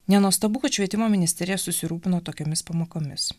nenuostabu kad švietimo ministerija susirūpino tokiomis pamokomis